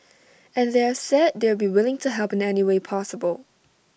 and they've said they'd be willing to help in any way possible